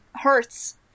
hurts